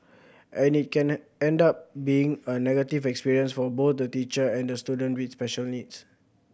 and it can end end up being a negative experience for both the teacher and the student with special needs